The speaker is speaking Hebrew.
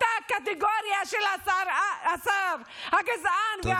באותה קטגוריה של השר הגזען והפשיסט.